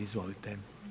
Izvolite.